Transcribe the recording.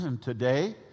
Today